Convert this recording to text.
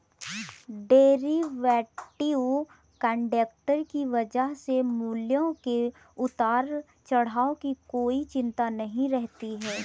derivative contract की वजह से मूल्यों के उतार चढ़ाव की कोई चिंता नहीं रहती है